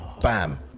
bam